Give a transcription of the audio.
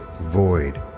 void